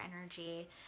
energy